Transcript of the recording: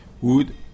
wood